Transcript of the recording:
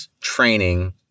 training